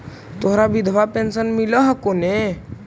तोहरा विधवा पेन्शन मिलहको ने?